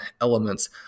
elements